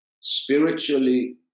Spiritually